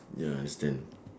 ya understand